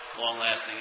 long-lasting